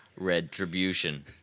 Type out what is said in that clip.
Retribution